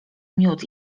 miód